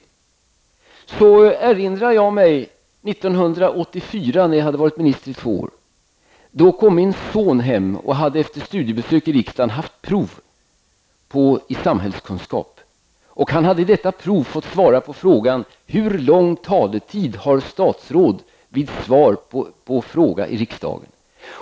I bakhuvudet erinrade jag mig att min son var på studiebesök i riksdagen 1984, då jag hade varit minister i två år. På provet i samhällskunskap efteråt hade min son fått svara på frågan: Hur lång taletid har ett statsråd vid ett svar på en fråga i riksdagen?